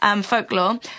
Folklore